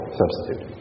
substitute